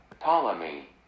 Ptolemy